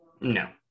No